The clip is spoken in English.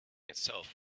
itself